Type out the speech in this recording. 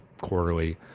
quarterly